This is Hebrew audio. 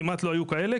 כמעט לא היו כאלה,